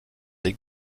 des